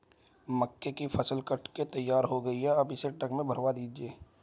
मक्के की फसल कट के तैयार हो गई है अब इसे ट्रक में भरवा दीजिए